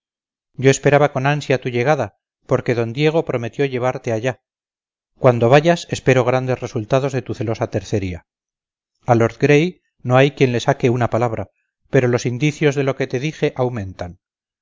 yo esperaba con ansia tu llegada porque d diego prometió llevarte allá cuando vayas espero grandes resultados de tu celosa tercería a lord gray no hay quien le saque una palabra pero los indicios de lo que te dije aumentan